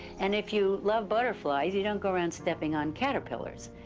and if you love butterflies, you don't go around steping on caterpillars.